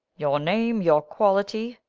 your name, your quality?